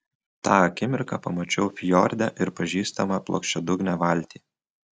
tą akimirką pamačiau fjorde ir pažįstamą plokščiadugnę valtį